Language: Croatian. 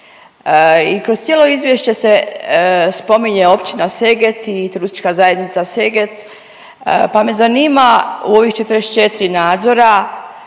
I kroz cijelo izvješće se spominje općina Seget i turistička zajednica Seget, pa me zanima u ovih 44 nadzora